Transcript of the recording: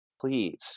please